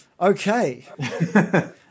Okay